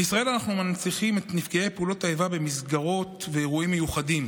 בישראל אנו מנציחים את נפגעי פעולות האיבה במסגרות ואירועים מיוחדים,